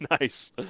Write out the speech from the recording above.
Nice